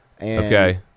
Okay